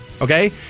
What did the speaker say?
Okay